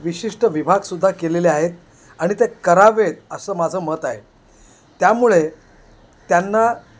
विशिष्ट विभागसुद्धा केलेले आहेत आणि ते करावेत असं माझं मत आहे त्यामुळे त्यांना